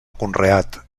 conreat